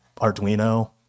Arduino